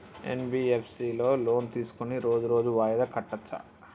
NBFS లో loan తీస్కొని రోజు రోజు వాయిదా కట్టచ్ఛా?